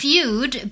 Feud